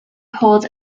holds